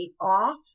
off